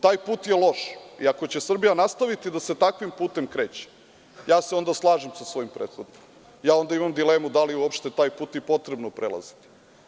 Taj put je loš, i ako će Srbija nastaviti da se takvim putem kreće, ja se onda slažem sa svojim prethodnikom i imam dilemu da li je onda taj put uopšte i potrebno prelaziti.